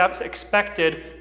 expected